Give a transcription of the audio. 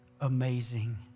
amazing